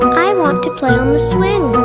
i want to play on the swing.